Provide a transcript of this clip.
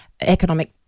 economic